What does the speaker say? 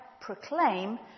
proclaim